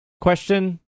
Question